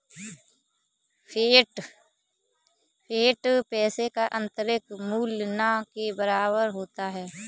fiat पैसे का आंतरिक मूल्य न के बराबर होता है